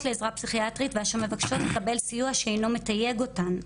לעזרה פסיכיאטרית ואשר מבקשות לקבל סיוע שאינו מתייג אותן.